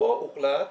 פה הוחלט